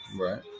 Right